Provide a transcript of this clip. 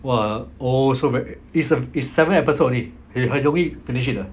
!wah! also very it's a it's seven episode only by a week we finish it lah